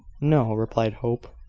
no, replied hope.